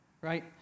Right